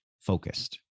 focused